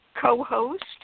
Co-host